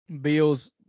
Bills